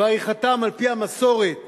ועריכתם על-פי המסורת היהודית,